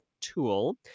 Tool